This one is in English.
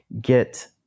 get